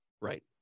Right